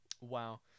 Wow